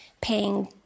paying